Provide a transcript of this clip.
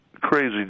crazy